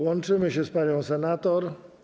Łączymy się z panią senator.